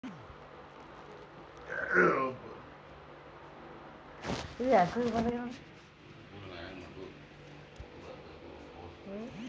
ಮಣ್ಣಿನಾಗ್ ಲವಣ ಇದ್ದಿದು ನೀರ್ ಸೇರ್ಕೊಂಡ್ರಾ ಅದು ಉಪ್ಪ್ ಮಣ್ಣಾತದಾ ಅದರ್ಲಿನ್ಡ್ ಬೆಳಿ ಛಲೋ ಬರ್ಲಾ